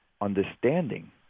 understanding